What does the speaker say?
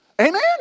Amen